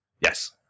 Yes